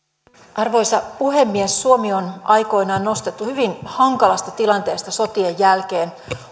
arvoisa puhemies suomi on aikoinaan nostettu hyvin hankalasta tilanteesta sotien jälkeen